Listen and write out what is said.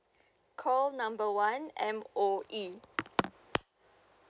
call number one M_O_E